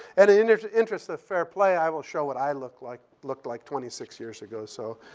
and interest interest of fair play, i will show what i looked like looked like twenty six years ago, so.